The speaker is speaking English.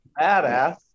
Badass